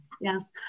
Yes